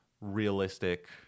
realistic